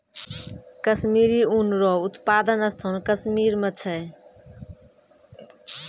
कश्मीरी ऊन रो उप्तादन स्थान कश्मीर मे छै